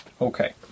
Okay